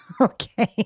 Okay